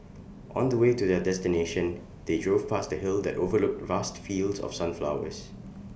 on the way to their destination they drove past A hill that overlooked vast fields of sunflowers